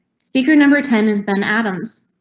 speaker number ten is ben adams.